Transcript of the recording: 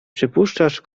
przypuszczasz